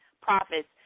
profits